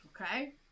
okay